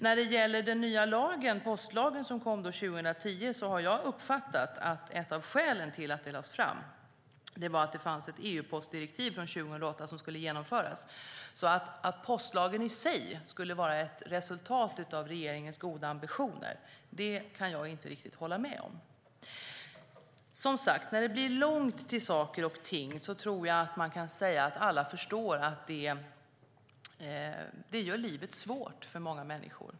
När det gäller den nya postlagen som kom 2010 har jag uppfattat att ett av skälen till att den lades fram var att det fanns ett EU-postdirektiv från 2008 som skulle genomföras. Att postlagen i sig skulle vara ett resultat av regeringens goda ambitioner kan jag alltså inte riktigt hålla med om. Som sagt, när det blir långt till saker och ting förstår nog alla att det gör livet svårt för många.